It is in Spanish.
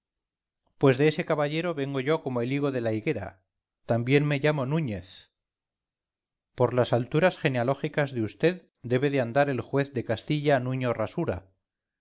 pues de ese caballero vengo yo como el higo de la higuera también me llamo núñez por las alturas genealógicas de vd debe de andar el juez de castilla nuño rasura